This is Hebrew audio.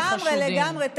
לגמרי, לגמרי.